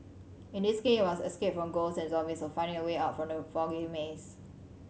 in this game you must escape from ghosts and zombies while finding a way out from the foggy maze